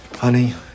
Honey